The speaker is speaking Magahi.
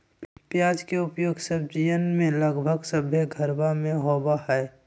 प्याज के उपयोग सब्जीयन में लगभग सभ्भे घरवा में होबा हई